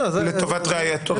לטובת ראיות.